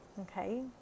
okay